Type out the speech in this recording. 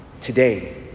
today